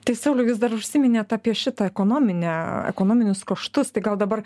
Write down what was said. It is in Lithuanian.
tai sauliau jūs dar užsiminėt apie šitą ekonominę ekonominius kaštus tai gal dabar